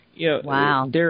Wow